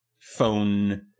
phone